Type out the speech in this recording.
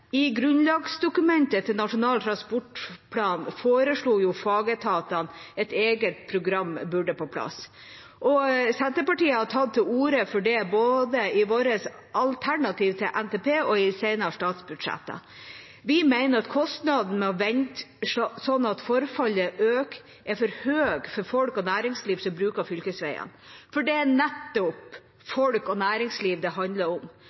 I grunnlagsdokumentet til Nasjonal transportplan foreslo fagetatene at et eget program burde på plass. Senterpartiet har tatt til orde for det både i våre alternativ til NTP og i senere statsbudsjetter. Vi mener kostnaden med å vente slik at forfallet øker, er for høy for folk og næringsliv som bruker fylkesveiene – for det er nettopp folk og næringsliv det handler om.